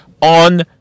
On